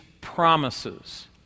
promises